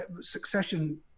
Succession